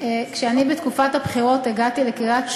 תודה רבה, כשהגעתי בתקופת הבחירות לקריית-שמונה,